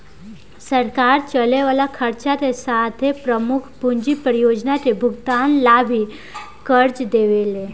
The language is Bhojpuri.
सरकार चले वाला खर्चा के साथे प्रमुख पूंजी परियोजना के भुगतान ला भी कर्ज देवेले